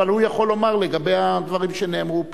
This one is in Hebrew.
אבל הוא יכול לומר לגבי הדברים שנאמרו פה.